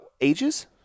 ages